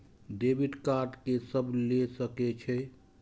Debit card के सब ले सके छै?